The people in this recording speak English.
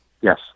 Yes